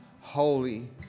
holy